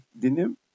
dinim